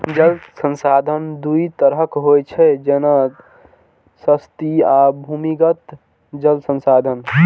जल संसाधन दू तरहक होइ छै, जेना सतही आ भूमिगत जल संसाधन